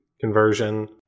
conversion